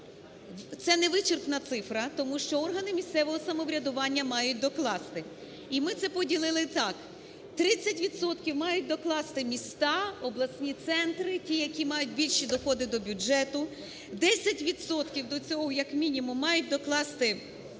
це невичерпна цифра, тому що органи місцевого самоврядування мають докласти. І ми це поділили так: 30 відсотків мають докласти міста, обласні центри, ті, які мають більші доходи до бюджету; 10 відсотків до цього, як мінімум, мають докласти